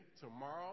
tomorrow